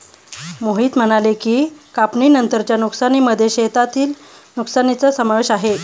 मोहित म्हणाले की, कापणीनंतरच्या नुकसानीमध्ये शेतातील नुकसानीचा समावेश आहे